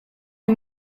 les